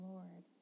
Lord